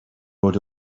rode